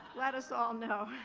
let us all know.